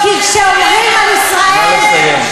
כי כשאומרים על ישראל, נא לסיים.